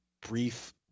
brief